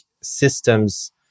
systems